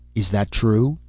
is that true?